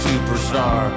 Superstar